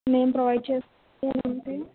మేం ప్రొవైడ్ చేసుకోవాలంటే